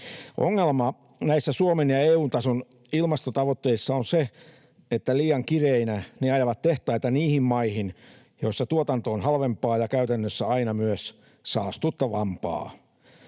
Ongelma näissä Suomen ja EU-tason ilmastotavoitteissa on se, että liian kireinä ne ajavat tehtaita niihin maihin, joissa tuotanto on halvempaa ja käytännössä aina myös saastuttavampaa.